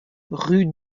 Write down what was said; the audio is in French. rue